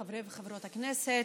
חברי וחברות הכנסת,